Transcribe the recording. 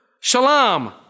Shalom